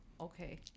Okay